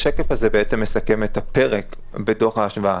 השקף הזה בעצם מסכם את הפרק בדוח ההשוואה.